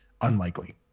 unlikely